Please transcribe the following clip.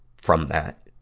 from that.